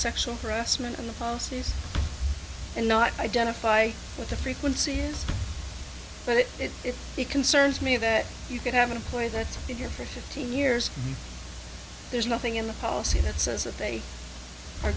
sexual harassment and the policies and not identify with the frequency but if it concerns me that you could have an employee that's here for fifteen years there's nothing in the policy that says that they are